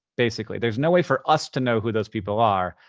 basically. there's no way for us to know who those people are,